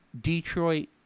Detroit